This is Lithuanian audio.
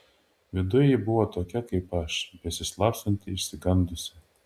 viduj ji buvo tokia kaip aš besislapstanti išsigandusi